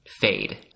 fade